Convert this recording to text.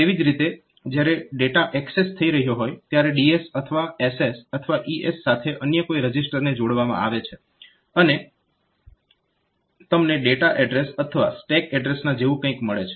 તેવી જ રીતે જ્યારે ડેટા એક્સેસ થઇ રહ્યો હોય ત્યારે DS અથવા SS અથવા ES સાથે અન્ય કોઈ રજીસ્ટરને જોડવામાં આવે છે અને તમને ડેટા એડ્રેસ અથવા સ્ટેક એડ્રેસના જેવું કંઈક મળે છે